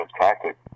tactic